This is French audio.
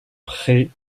près